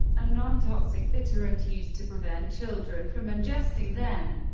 a non-toxic bitterant used to prevent children from ingesting them.